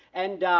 and